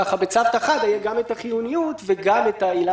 ככה בצוותא חדא יהיו גם החיוניות וגם את העילה